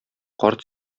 карт